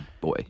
boy